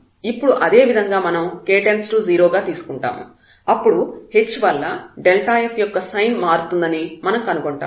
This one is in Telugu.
ఇప్పుడు అదేవిధంగా మనం k→0 గా తీసుకుంటాము అప్పుడు h వల్ల f యొక్క సైన్ మారుతుందని మనం కనుగొంటాము